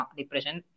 depression